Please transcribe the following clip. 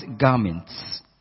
garments